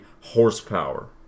horsepower